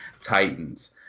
Titans